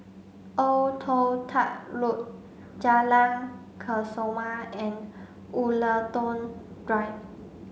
Old Toh Tuck Road Jalan Kesoma and Woollerton Drive